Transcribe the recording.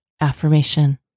AFFIRMATION